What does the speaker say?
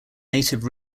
native